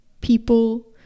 people